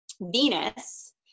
venus